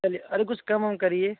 अरे अरे कुछ कम वम करिए